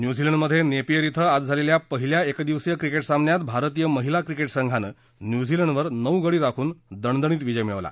New Zealand मध्ये Napier क्वे आज झालेल्या पहिल्या एक दिवसीय क्रिकेट सामन्यात भारतीय महिला संघानं न्यूझीलंडवर नऊ गडी राखून दणदणीत विजय मिळवला